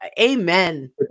Amen